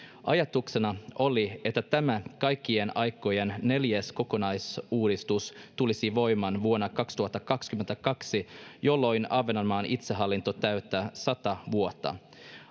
ajatuksena oli että tämä kaikkien aikojen neljäs kokonaisuudistus tulisi voimaan vuonna kaksituhattakaksikymmentäkaksi jolloin ahvenanmaan itsehallinto täyttää sata vuotta